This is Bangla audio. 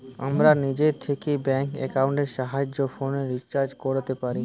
আমরা নিজে থিকে ব্যাঙ্ক একাউন্টের সাহায্যে ফোনের রিচার্জ কোরতে পারি